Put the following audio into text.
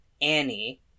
Annie